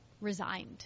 resigned